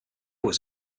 was